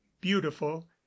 beautiful